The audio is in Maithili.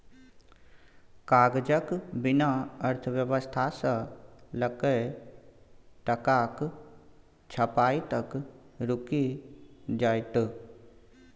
कागजक बिना अर्थव्यवस्था सँ लकए टकाक छपाई तक रुकि जाएत